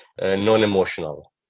non-emotional